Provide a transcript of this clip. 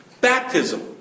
Baptism